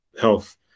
health